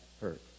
hurt